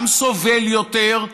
גם סובל יותר,